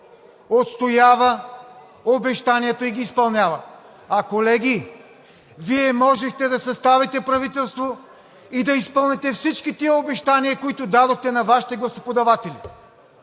отстоява обещанията си и ги изпълнява. Колеги, Вие можехте да съставите правителство и да изпълните всички тези обещания, които дадохте на Вашите гласоподаватели.